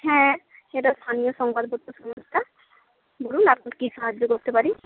হ্যাঁ এটা স্থানীয় সংবাদপত্র সংস্থা বলুন আপনার কী সাহায্য করতে পারি